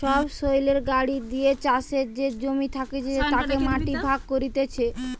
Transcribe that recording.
সবসৈলের গাড়ি দিয়ে চাষের যে জমি থাকতিছে তাতে মাটি ভাগ করতিছে